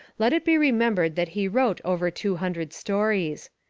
let it be remembered that he wrote over two hundred stories.